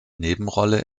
nebenrolle